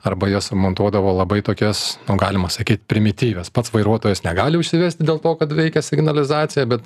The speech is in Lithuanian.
arba jas montuodavo labai tokias nu galima sakyt primityvias pats vairuotojas negali užsivesti dėl to kad veikia signalizacija bet